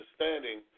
understanding